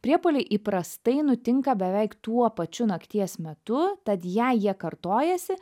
priepuoliui įprastai nutinka beveik tuo pačiu nakties metu tad jei jie kartojasi